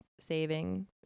saving